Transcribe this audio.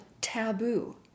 taboo